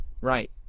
Right